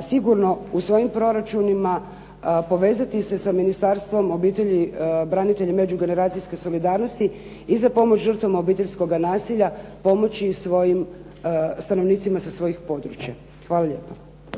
sigurno u svojim proračunima povezati se sa Ministarstvo obitelji, branitelja i međugeneracijske solidarnosti i za pomoć žrtvama obiteljskoga nasilja pomoći i svojim stanovnicima sa svojih područja. Hvala lijepa.